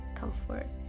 comfort